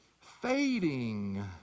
fading